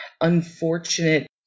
unfortunate